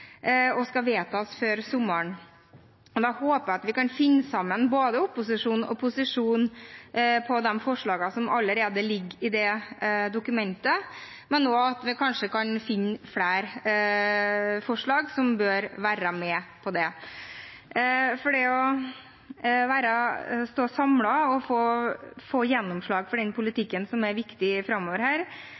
som skal opp til behandling i Stortinget før sommeren. Da håper jeg at vi kan finne sammen – opposisjonen og posisjonen – om de forslagene som allerede ligger i det dokumentet, men også at vi kanskje kan finne flere forslag som bør være med i dette. Å stå samlet og få gjennomslag for den politikken som er viktig framover,